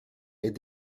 est